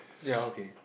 ya okay